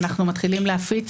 אנחנו מתחילים להפיץ